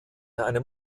einem